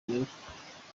amerika